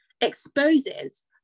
exposes